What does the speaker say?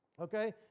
Okay